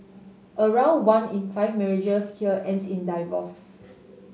around one in five marriages here ends in divorce